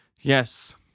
Yes